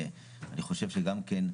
אני חושב שגם כן,